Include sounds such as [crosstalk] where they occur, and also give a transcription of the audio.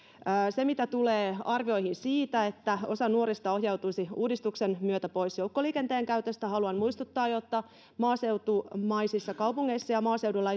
mitä tulee arvioihin siitä että osa nuorista ohjautuisi uudistuksen myötä pois joukkoliikenteen käytöstä niin haluan muistuttaa että maaseutumaisissa kaupungeissa ja maaseudulla [unintelligible]